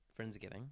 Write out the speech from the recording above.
Friendsgiving